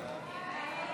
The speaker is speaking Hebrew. הסתייגות 203 לא נתקבלה.